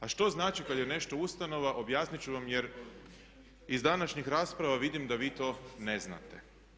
A što znači kada je nešto ustanova objasniti ću vam jer iz današnjih rasprava vidim da vi to ne znate.